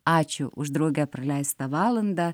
ačiū už drauge praleistą valandą